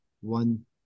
one